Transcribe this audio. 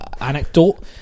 anecdote